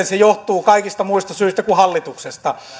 se johtuu kaikista muista syistä kuin hallituksesta